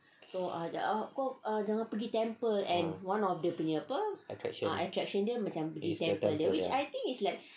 ah attraction